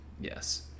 Yes